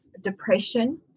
depression